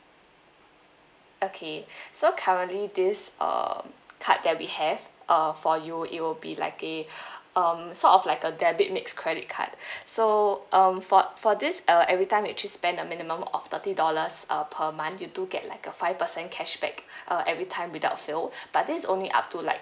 okay so currently this um card that we have uh for you it will be like a um sort of like a debit mix credit card so um for for this uh every time you actually spend a minimum of thirty dollars uh per month you do get like a five percent cashback uh every time without fail but this is only up to like